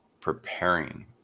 preparing